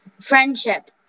friendship